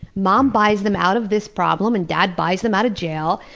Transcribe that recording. mom buys them out of this problem and dad buys them out of jail,